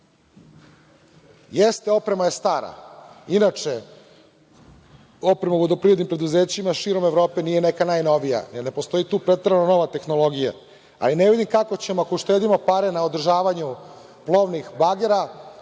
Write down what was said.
kaže. Jeste, oprema je stara. Inače, oprema u vodoprivrednim preduzećima širom Evrope nije neka najnovija, jer ne postoji tu preterano nova tehnologija, a i ne vidim kako ćemo ako uštedimo pare na održavanju plovnih bagera,